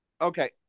Okay